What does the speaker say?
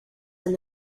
and